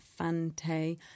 Fante